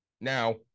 Now